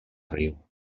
riu